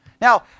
Now